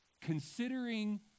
considering